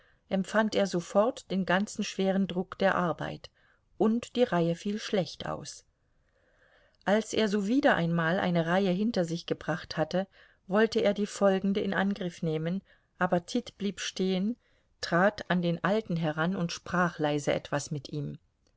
empfand er sofort den ganzen schweren druck der arbeit und die reihe fiel schlecht aus als er so wieder einmal eine reihe hinter sich gebracht hatte wollte er die folgende in angriff nehmen aber tit blieb stehen trat an den alten heran und sprach leise etwas mit ihm